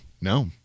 No